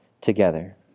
together